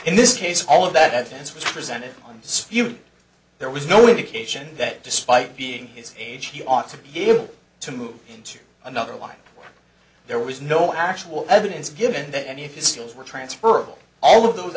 in this case all of that evidence was presented in dispute there was no indication that despite being his age he ought to be able to move into another line there was no actual evidence given that any of his skills were transferable all of those